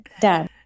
done